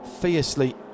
fiercely